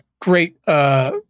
great